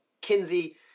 Kinsey